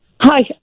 Hi